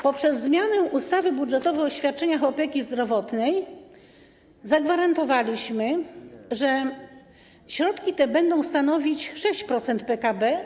Poprzez zmianę ustawy o świadczeniach opieki zdrowotnej zagwarantowaliśmy, że środki te będą stanowić 6% PKB.